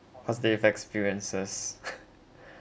positive experiences